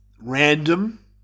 Random